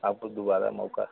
आपको दोबारा मौका